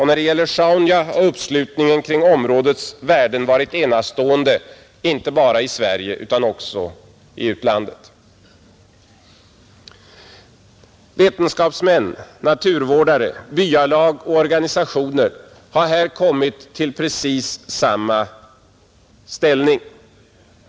När det gäller Sjaunja har uppslutningen kring områdets värden varit enastående, inte bara i Sverige utan också i utlandet. Vetenskapsmän, naturvårdare, byalag och organisationer har här kommit till precis samma ståndpunkt.